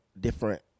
different